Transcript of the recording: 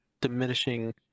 diminishing